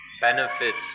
benefits